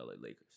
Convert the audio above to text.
Lakers